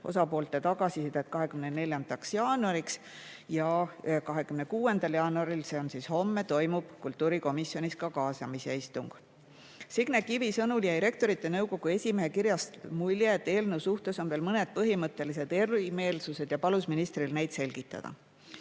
osapoolte tagasisidet 24. jaanuariks ja 26. jaanuaril, see on siis homme, toimub kultuurikomisjonis ka kaasamise istung. Signe Kivi sõnul jäi Rektorite Nõukogu esimehe kirjast mulje, et eelnõu suhtes on veel mõned põhimõttelised erimeelsused, ja palus ministril neid selgitada.